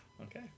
Okay